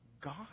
God